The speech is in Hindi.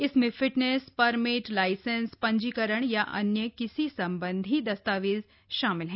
इसमें फिटनेस परमिट लाइसेंस पंजीकरण या किसी अन्य संबंधी दस्तावेज़ शामिल हैं